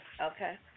Okay